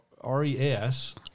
R-E-S